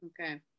okay